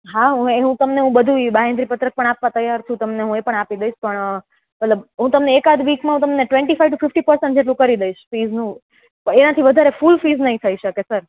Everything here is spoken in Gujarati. હા હું એનું તમને બધુ બાંહેધરી પત્રક પણ આપવા તૈયાર છું તમને એ પણ આપી દઈશ પણ મતલબ હું તમને એક આદ વીકમાં ટવેન્ટી ફાઇવ ફિફ્ટી પસેન્ટ જેટલું કરી દઇશ ફીસનું પણ એનાથી વધારે ફૂલ ફીસ નહીં થઈ શકે સર